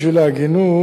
בשביל ההגינות,